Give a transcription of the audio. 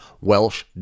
Welsh